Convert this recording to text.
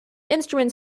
instruments